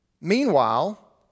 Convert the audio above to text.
Meanwhile